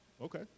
Okay